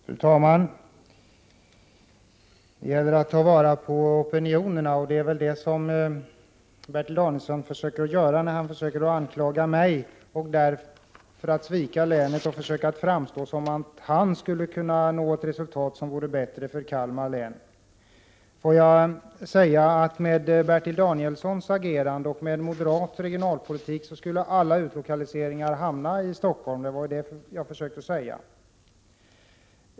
Fru talman! Det gäller att ta vara på opinionen, säger Bertil Danielsson. Det är väl detta som Bertil Danielsson försökte göra när han anklagade mig för att svika länet och själv försökte framstå som någon som skulle kunna nå ett för Kalmar län bättre resultat. Med Bertil Danielssons agerande och moderat regionalpolitik skulle all lokalisering av statlig verksamhet ske till Stockholm. Det var detta jag försökte säga.